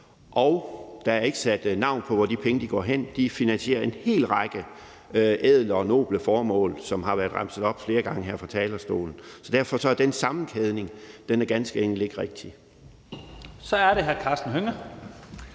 og der er ikke sat navn på, hvor de penge går hen, men de finansierer en hel række ædle og noble formål, som har været remset op flere gange her fra talerstolen. Så derfor er den sammenkædning ganske enkelt ikke rigtig. Kl. 12:17 Første